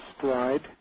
slide